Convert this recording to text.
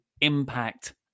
Impact